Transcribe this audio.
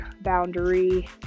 boundary